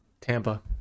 Tampa